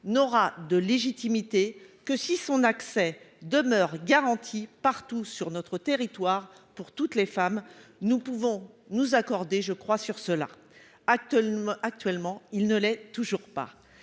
n'aura de légitimité que si son accès demeure garanti partout sur notre territoire pour toutes les femmes- nous pouvons nous accorder, je le crois, sur cela. Actuellement, il ne l'est toujours pas.